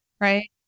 right